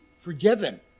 forgiven